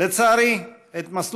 הצעות לסדר-היום מס'